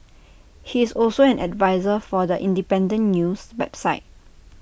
he is also an adviser for The Independent news website